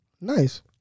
nice